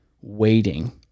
waiting